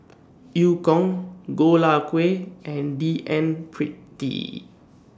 EU Kong Goh Lay Kuan and D N Pritt